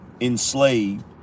enslaved